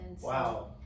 Wow